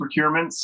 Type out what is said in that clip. procurements